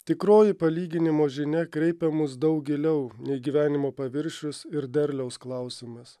tikroji palyginimo žinia kreipia mus daug giliau nei gyvenimo paviršius ir derliaus klausimas